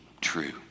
true